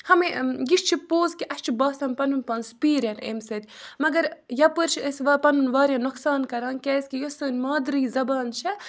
ہمیں یہِ چھُ پوٚز کہِ اَسہِ چھُ باسان پَنُن پان سُپیٖریر امہِ سۭتۍ مگر یَپٲرۍ چھِ أسۍ پَنُن واریاہ نۄقصان کَران کیازکہِ یۄس سٲنۍ مادری زَبان چھےٚ